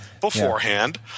beforehand